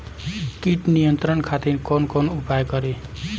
कीट नियंत्रण खातिर कवन कवन उपाय करी?